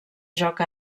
joc